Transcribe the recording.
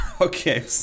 okay